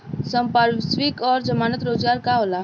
संपार्श्विक और जमानत रोजगार का होला?